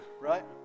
right